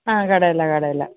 ആ കടയിലാണ് കടയിലാണ്